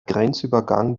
grenzübergang